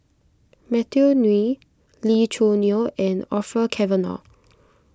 Matthew Ngui Lee Choo Neo and Orfeur Cavenagh